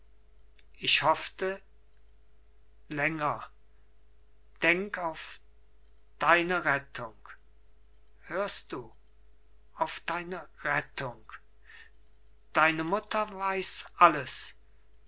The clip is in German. ich hoffte länger denk auf deine rettung hörst du auf deine rettung deine mutter weiß alles